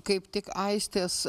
kaip tik aistės